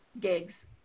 gigs